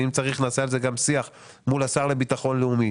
ואם צריך נעשה על זה גם שיח מול השר לביטחון לאומי.